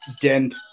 dent